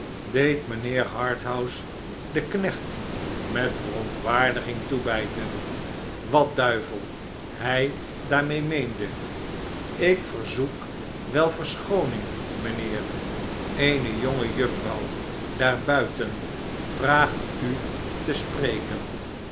deed mijnheer harthouse den knecht met verontwaardiging toebijten wat duivel hi daarmede meende ik verzoek wel verschooning mijnheer eene jongejuffrouw daar buiten vraagtute spreken